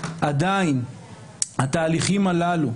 עדיין התהליכים הללו,